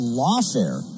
lawfare